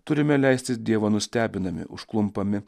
turime leistis dievo nustebinami užklumpami